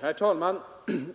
Herr talman!